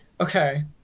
Okay